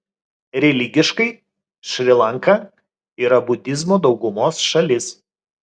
religiškai šri lanka yra budizmo daugumos šalis